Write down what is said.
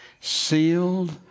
Sealed